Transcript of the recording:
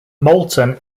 moulton